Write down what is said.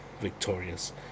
victorious